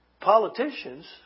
politicians